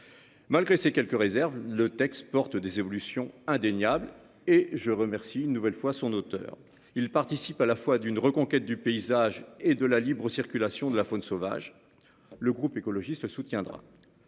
Malgré ces quelques réserves. Le texte porte des évolutions indéniable et je remercie une nouvelle fois son auteur. Il participe à la fois d'une reconquête du paysage et de la libre-circulation de la faune sauvage. Le groupe écologiste soutiendra.